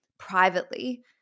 privately